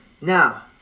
Now